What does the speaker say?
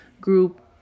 group